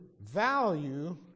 value